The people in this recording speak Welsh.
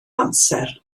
amser